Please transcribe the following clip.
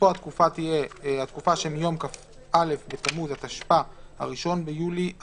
התקופה שמיום כ"א בתמוז התשפ"א (1 ביולי 2021)